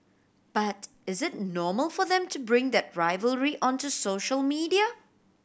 but is it normal for them to bring that rivalry onto social media